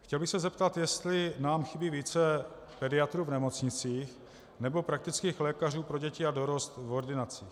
Chtěl bych se zeptat, jestli nám chybí více pediatrů v nemocnicích, nebo praktických lékařů pro děti a dorost v ordinacích.